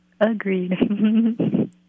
Agreed